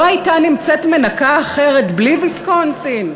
לא הייתה נמצאת מנקה אחרת בלי ויסקונסין?